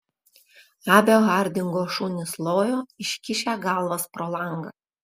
abio hardingo šunys lojo iškišę galvas pro langą